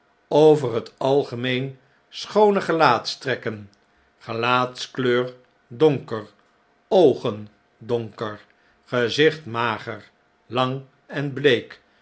over het algemeen schoone gelaatstrekken gelaatskleur donker oogen donker gezicht mager lang en bleek